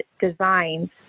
designs